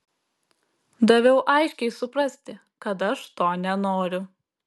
daviau aiškiai suprasti kad aš to nenoriu